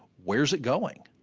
where's it going,